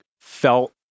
felt